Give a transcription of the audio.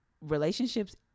relationships